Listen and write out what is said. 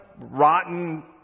rotten